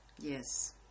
Yes